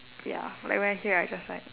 ya like when I hear I just like